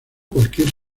cualquier